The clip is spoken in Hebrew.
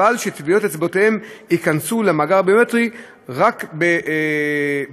אבל טביעות אצבעותיהם ייכנסו למאגר ביומטרי רק מרצון,